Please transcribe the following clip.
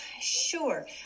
Sure